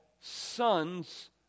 sons